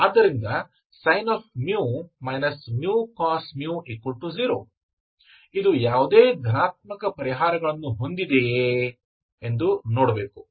ಆದ್ದರಿಂದ sin μ cos 0 ಇದು ಯಾವುದೇ ಧನಾತ್ಮಕ ಪರಿಹಾರಗಳನ್ನು ಹೊಂದಿದೆಯೇ ಎಂದು ನೋಡಬೇಕು